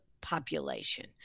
population